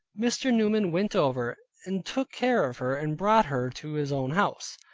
mr. newman went over, and took care of her and brought her to his own house.